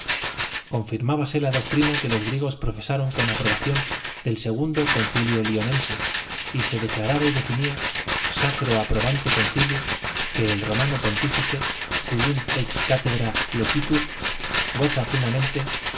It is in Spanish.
custodire confirmábase la doctrina que los griegos profesaron con aprobación del segundo concilio lionense y se declaraba y definía sacro approbante concilio que el romano pontífice quum ex cathedra loquitur goza plenamente